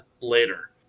later